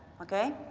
ok?